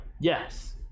Yes